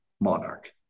monarch